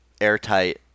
airtight